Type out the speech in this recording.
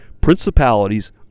principalities